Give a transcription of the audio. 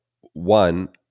One